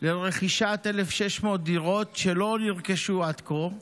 לרכישת 1,600 דירות שלא נרכשו עד כה?